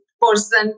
person